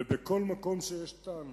ובכל מקום שיש טענה,